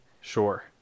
sure